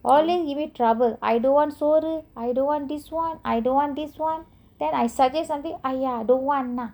always give me trouble I don't want soru I don't want this [one] I don't want this [one] then I suggest something !aiya! don't want lah